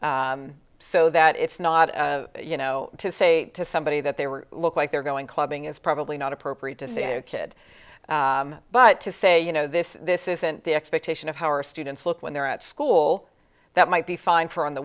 clear so that it's not you know to say to somebody that they were look like they're going clubbing is probably not appropriate to say to a kid but to say you know this this isn't the expectation of how our students look when they're at school that might be fine for on the